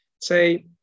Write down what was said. Say